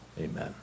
Amen